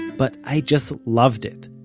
but i just loved it.